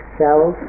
self